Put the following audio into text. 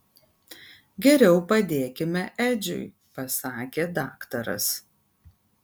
geriau padėkime edžiui pasakė daktaras